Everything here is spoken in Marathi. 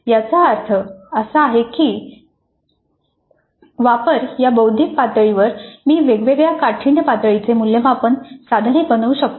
याचा अर्थ असा की वापर या बौद्धिक पातळीवर मी वेगवेगळ्या काठिण्य पातळी चे मूल्यमापन साधने बनवू शकतो